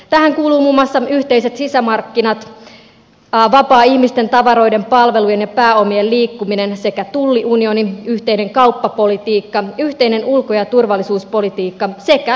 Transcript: tähän kuuluvat muun muassa yhteiset sisämarkkinat vapaa ihmisten tavaroiden palveluiden ja pääomien liikkuminen sekä tulliunioni yhteinen kauppapolitiikka yhteinen ulko ja turvallisuuspolitiikka sekä yhteinen valuutta